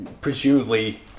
presumably